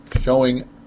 showing